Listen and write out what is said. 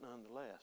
nonetheless